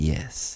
Yes